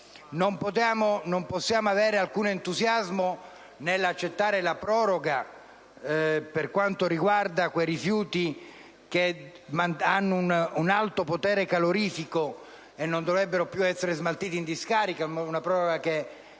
Non possiamo avere alcun entusiasmo nell'accettare la proroga per quanto riguarda i rifiuti che hanno un alto potere calorifico e che non dovrebbero più essere smaltiti in discarica. È una proroga di